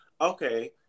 Okay